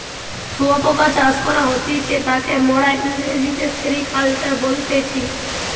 শুয়োপোকা চাষ করা হতিছে তাকে মোরা ইংরেজিতে সেরিকালচার বলতেছি